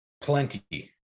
plenty